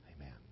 Amen